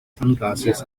sunglasses